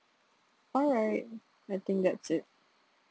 alright I think that's it